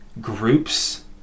groups